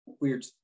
weird